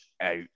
out